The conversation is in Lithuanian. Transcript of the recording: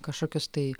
kažkokius tai